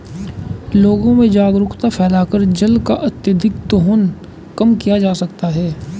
लोगों में जागरूकता फैलाकर जल का अत्यधिक दोहन कम किया जा सकता है